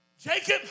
Jacob